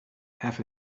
half